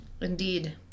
Indeed